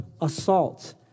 assault